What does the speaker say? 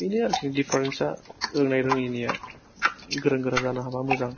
बेनो आरखि डिफारेन्सआ रोंनाय रोङैनिया गोरों गोरा जानो हाबा मोजां